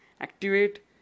activate